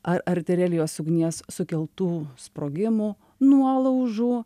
ar artilerijos ugnies sukeltų sprogimų nuolaužų